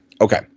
Okay